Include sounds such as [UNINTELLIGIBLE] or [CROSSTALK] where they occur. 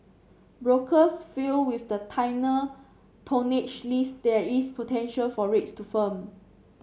brokers feel with the [UNINTELLIGIBLE] tonnage list there is potential for rates to firm